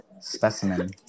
Specimen